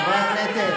חברי הכנסת,